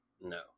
No